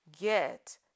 get